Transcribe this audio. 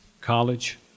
College